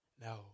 no